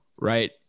right